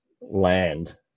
land